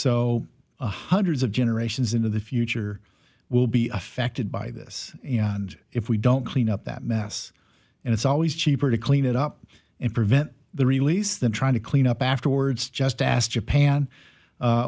one hundreds of generations into the future will be affected by this and if we don't clean up that mess and it's always cheaper to clean it up and prevent the release than trying to clean up afterwards just asked japan